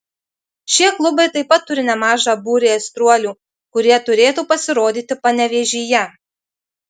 šie klubai taip pat turi nemažą būrį aistruolių kurie turėtų pasirodyti panevėžyje